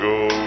go